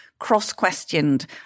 cross-questioned